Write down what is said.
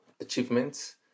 achievements